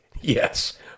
yes